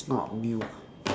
it's not new